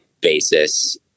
basis